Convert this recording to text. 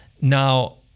now